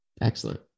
Excellent